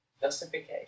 justification